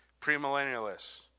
premillennialists